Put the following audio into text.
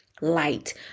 light